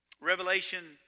Revelation